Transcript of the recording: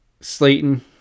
Slayton